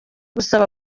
gusaba